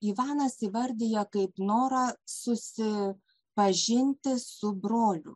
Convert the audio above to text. ivanas įvardija kaip norą susipažinti su broliu